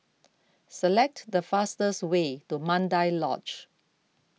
select the fastest way to Mandai Lodge